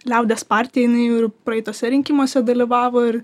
liaudies partija jinai jau ir praeituose rinkimuose dalyvavo ir